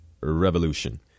revolution